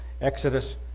Exodus